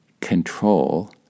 control